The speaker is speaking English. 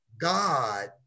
God